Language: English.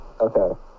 okay